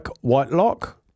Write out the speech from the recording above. Whitelock